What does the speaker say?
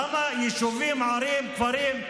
למה יישובים, ערים, כפרים,